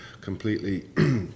completely